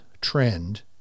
trend